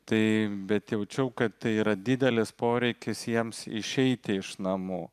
tai bet jaučiau kad tai yra didelis poreikis jiems išeiti iš namų